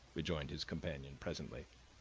rejoined his companion presently.